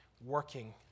working